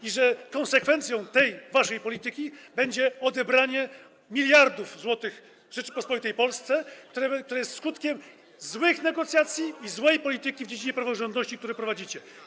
i że konsekwencją tej waszej polityki będzie odebranie miliardów złotych Rzeczypospolitej Polskiej, które będzie skutkiem złych negocjacji i złej polityki w dziedzinie praworządności, które prowadzicie.